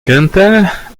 kentel